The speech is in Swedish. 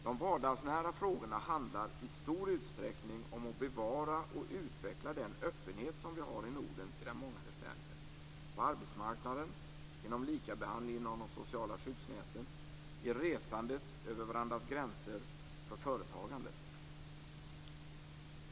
De vardagsnära frågorna handlar i stor utsträckning om att bevara och utveckla den öppenhet som vi har i Norden sedan många decennier på arbetsmarknaden, genom lika behandling av de sociala skyddsnäten, i resandet över varandras gränser, för företagandet.